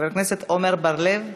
חבר הכנסת עמר בר-לב,